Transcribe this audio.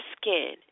skin